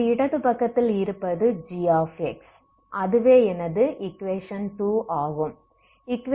எனது இடது பக்கத்தில் இருப்பது gxஅதுவே எனது ஈக்வேஷன் ஆகும்